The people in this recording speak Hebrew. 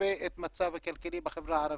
בהרבה את המצב הכלכלי בחברה הערבית.